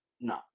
no